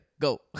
Go